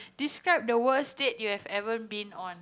describe the worst state you have ever been on